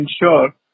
ensure